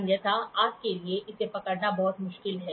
अन्यथा आपके लिए इसे पकड़ना बहुत मुश्किल है